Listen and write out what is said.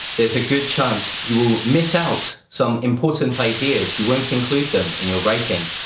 there's a good chance you will miss out some important ideas, you won't include them in your writing,